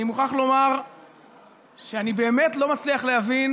אני מוכרח לומר שאני באמת לא מצליח להבין